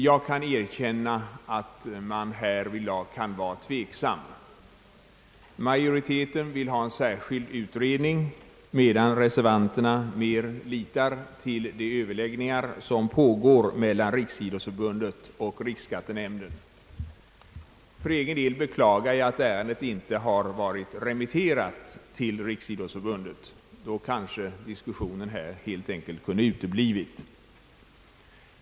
Jag skall villigt erkänna att man härvidlag kan vara tveksam. Majoriteten vill ha en särskild utredning, medan reservanterna mera litar till de överläggningar som pågår mellan Riksidrottsförbundet och riksskattenämnden. För egen del beklagar jag att ärendet inte varit remitterat till Riksidrottsförbundet. Då kanske diskussionen här i dag kunde ha uteblivit.